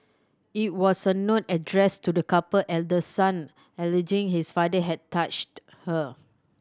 it was a note addressed to the couple elder son alleging his father had touched her